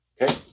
Okay